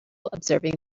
observing